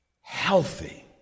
healthy